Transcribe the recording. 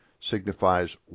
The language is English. signifies